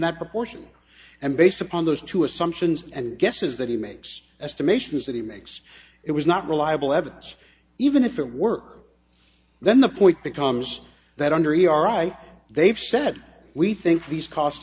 that proportion and based upon those two assumptions and guess is that he makes estimations that he makes it was not reliable evidence even if it worked then the point becomes that under he are right they've said we think these costs